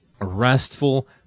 restful